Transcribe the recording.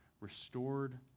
restored